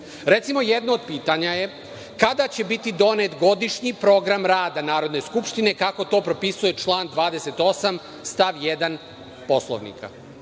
Recimo, jedno od pitanja je kada će biti donet godišnji program rada Narodne skupštine kako to propisuje član 28. stav 1. Poslovnika?